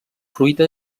fruita